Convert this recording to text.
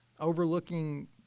Overlooking